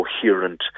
coherent